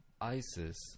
ISIS